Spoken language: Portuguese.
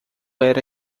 era